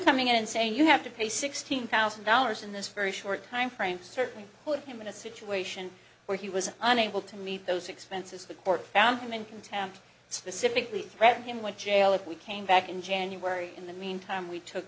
coming out and saying you have to pay sixteen thousand dollars in this very short time frame certainly put him in a situation where he was unable to meet those expenses the court found him in contempt specifically threatened him with jail if we came back in january in the meantime we took